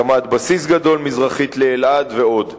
הקמת בסיס גדול מזרחית לאלעד, ועוד.